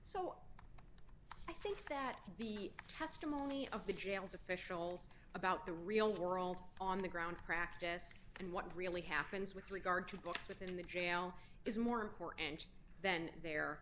so i think that the testimony of the jails officials about the real world on the ground practice and what really happens with regard to books within the jail is more important than their